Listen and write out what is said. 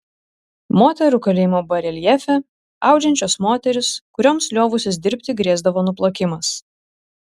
moterų kalėjimo bareljefe audžiančios moterys kurioms liovusis dirbti grėsdavo nuplakimas